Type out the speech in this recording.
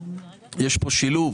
יש פה שילוב